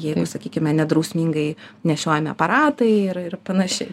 geriau sakykime nedrausmingai nešiojami aparatai ir ir panašiai